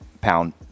pound